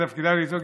זה תפקידם לצעוק,